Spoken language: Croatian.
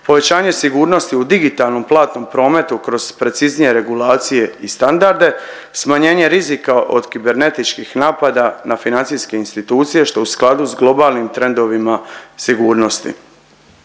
povećanje sigurnosti u digitalnom platnom prometu kroz preciznije regulacije i standarde, smanjenje rizika od kibernetičkih napada na financijske institucije što je u skladu s globalnim trendovima sigurnosti.